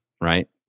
right